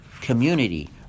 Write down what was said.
community